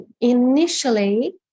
initially